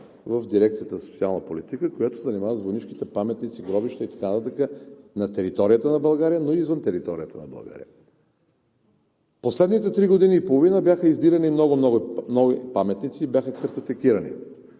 в Дирекция „Социална политика“, която се занимава с войнишките паметници, гробища и така нататък на територията на България, но и извън територията на България. Последните три години и половина бяха издирени много нови паметници и бяха картотекирани.